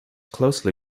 closely